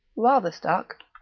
rather stuck.